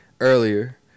earlier